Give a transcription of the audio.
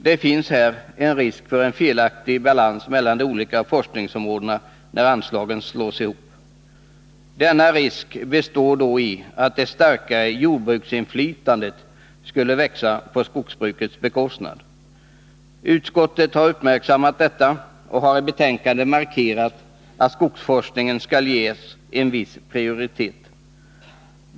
Det finns en risk att vi får en felaktig balans mellan de olika forskningsområdena när anslagen slås ihop. Denna risk består då i att det starkare jordbruksinflytandet skulle växa på skogsbrukets bekostnad. Utskottet har uppmärksammat detta och har i betänkandet markerat att skogsforskningen skall ges en viss prioritet.